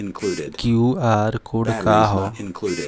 QR code का ह?